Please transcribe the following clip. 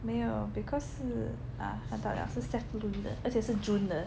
没有 because 是啊看到了是 sapling 的而且是 June 的